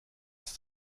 ist